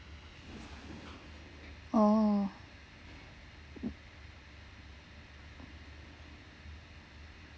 oh